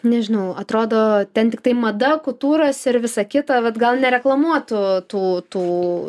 nežinau atrodo ten tiktai mada kutūras ir visa kita bet gal nereklamuotų tų tų